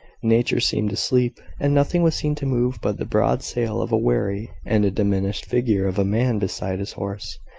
nature seemed asleep, and nothing was seen to move but the broad sail of a wherry, and a diminished figure of a man beside his horse,